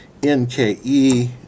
NKE